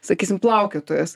sakysim plaukiotojas